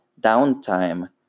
downtime